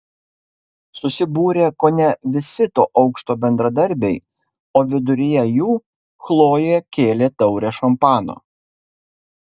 susibūrė kone visi to aukšto bendradarbiai o viduryje jų chlojė kėlė taurę šampano